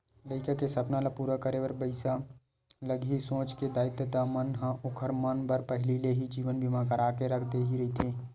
लइका के सपना ल पूरा करे बर पइसा लगही सोच के दाई ददा मन ह ओखर मन बर पहिली ले ही जीवन बीमा करा के रख दे रहिथे